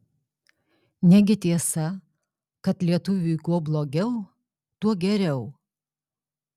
negi tiesa kad lietuviui kuo blogiau tuo geriau